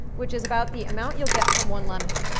which is about the amount you'll get from one lemon.